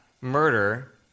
murder